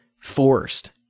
forced